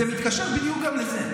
זה מתקשר בדיוק גם לזה.